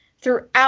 throughout